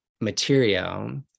material